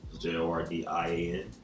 J-O-R-D-I-A-N